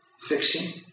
fixing